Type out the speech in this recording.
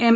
M